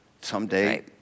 someday